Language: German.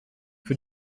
für